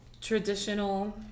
traditional